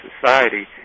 society